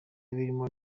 birimo